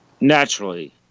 Naturally